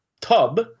tub